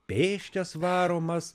pėsčias varomas